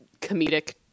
comedic